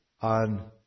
on